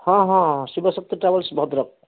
ହଁ ହଁ ଶିବଶକ୍ତି ଟ୍ରାଭେଲ୍ସ ଭଦ୍ରକ